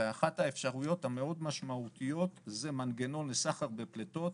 ואחת האפשרויות המאוד משמעותיות זה מנגנון לסחר בפליטות.